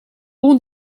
bon